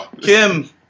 Kim